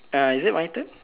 uh is it my turn